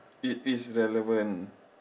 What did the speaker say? it's it's relevant